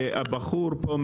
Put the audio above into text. הבחור פה,